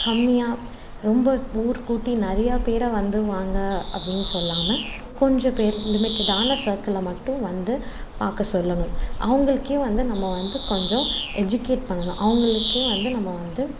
கம்மியாக ரொம்ப ஊர் கூட்டி நிறையா பேராக வந்துடுவாங்க அப்படின்னு சொல்லாமல் கொஞ்சம் பேர் லிமிட்டடான சர்க்கிள்ல மட்டும் வந்து பார்க்க சொல்லணும் அவங்களுக்கே வந்து நம்ம வந்து கொஞ்சம் எஜுகேட் பண்ணணும் அவங்களுக்கே வந்து நம்ம வந்து